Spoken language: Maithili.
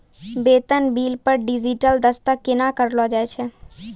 बेतन बिल पर डिजिटल दसखत केना करलो जाय छै?